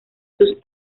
sus